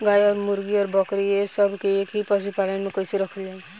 गाय और मुर्गी और बकरी ये सब के एक ही पशुपालन में कइसे रखल जाई?